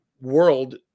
world